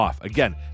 Again